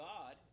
God